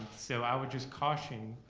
so i would just caution